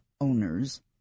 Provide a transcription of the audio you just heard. owners